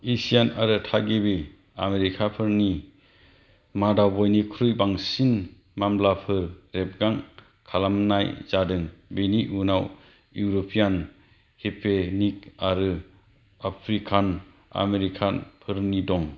Asian आरो थागिबि आमेरिकाफोरनि मादाव बयनिख्रुइ बांसिन मामलाफोर रेबगां खालामनाय जादों बेनि उनाव युर'पियान हिसपेनिक आरो आफ्रिकान आमेरिकानफोरनि दं